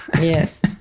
Yes